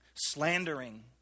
slandering